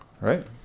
right